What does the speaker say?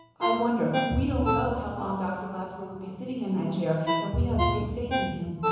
i wonder. we don't know how long dr. glasper will be sitting in that chair. and we have great faith in him.